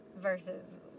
versus